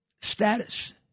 status